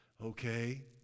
Okay